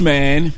Man